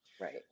right